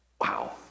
Wow